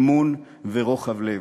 אמון ורוחב לב,